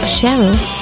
Cheryl